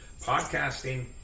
podcasting